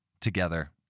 together